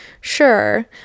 sure